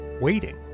waiting